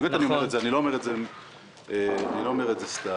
באמת אני אומר את זה, אני לא אומר את זה סתם.